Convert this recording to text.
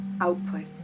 output